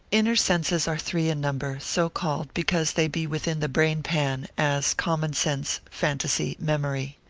inner senses are three in number, so called, because they be within the brainpan, as common sense, phantasy, memory.